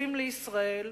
שטובים לישראל,